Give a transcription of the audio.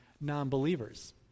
non-believers